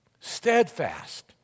steadfast